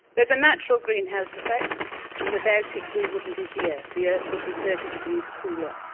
there's a natural greenhouse effect and without it we wouldn't be here, the earth would be thirty degrees cooler.